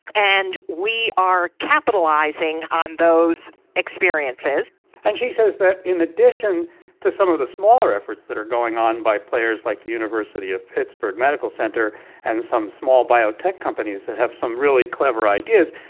and we are capitalizing on those experiences and she says that in addition to some of the smaller efforts that are going on by players like the university of pittsburgh medical center and some small biotech companies that have some really clever ideas,